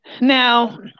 Now